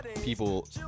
people